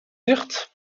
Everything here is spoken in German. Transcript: nicht